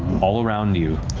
all around you.